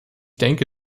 denke